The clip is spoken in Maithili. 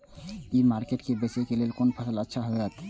ई मार्केट में बेचेक लेल कोन फसल अच्छा होयत?